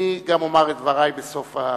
אני גם אומר את דברי בסוף הדיון.